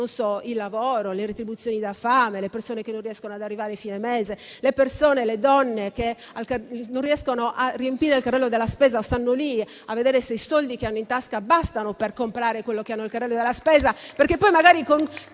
il lavoro, le retribuzioni da fame, le persone che non riescono ad arrivare a fine mese, le donne che non riescono a riempire il carrello della spesa e stanno lì a vedere se i soldi che hanno in tasca bastano per comprare quello che hanno nel carrello della spesa,